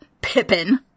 Pippin